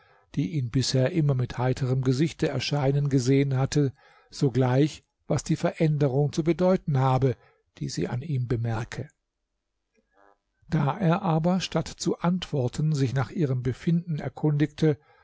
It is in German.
die ihn bisher immer mit heiterem gesichte erscheinen gesehen hatte sogleich was die veränderung zu bedeuten habe die sie an ihm bemerke da er aber statt zu antworten sich nach ihrem befinden erkundigte